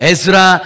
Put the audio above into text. Ezra